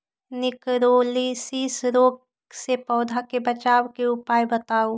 निककरोलीसिस रोग से पौधा के बचाव के उपाय बताऊ?